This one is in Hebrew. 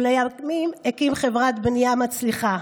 ולימים הקים חברת בנייה מצליחה.